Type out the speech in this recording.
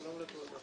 שלום.